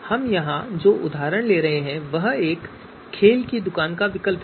हम यहां जो उदाहरण ले रहे हैं वह एक खेल की दुकान का विकल्प है